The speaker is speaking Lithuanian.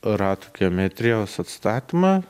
ratų geometrijos atstatymą